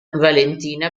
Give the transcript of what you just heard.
valentina